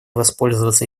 воспользоваться